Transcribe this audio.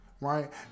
right